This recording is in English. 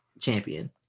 champion